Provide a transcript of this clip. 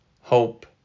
hope